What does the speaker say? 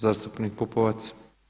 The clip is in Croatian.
Zastupnik Pupovac.